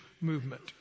movement